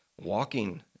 walking